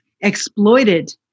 exploited